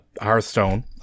Hearthstone